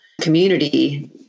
community